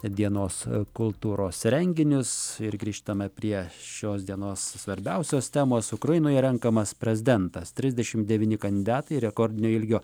dienos kultūros renginius ir grįžtame prie šios dienos svarbiausios temos ukrainoje renkamas prezidentas trisdešimt devyni kandidatai rekordinio ilgio